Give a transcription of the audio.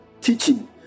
teaching